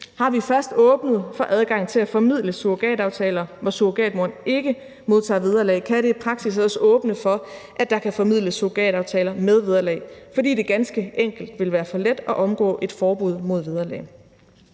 har vi først åbnet for adgang til at formidle surrogataftaler, hvor surrogatmoren ikke modtager vederlag, kan det i praksis også åbne for, at der kan formidles surrogataftaler med vederlag, fordi det ganske enkelt vil være for let at omgå et forbud mod vederlag.